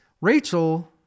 Rachel